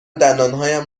دندانهایم